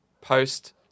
post